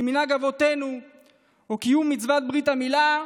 כמנהג אבותינו או קיום מצוות ברית המילה,